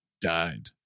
Died